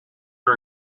are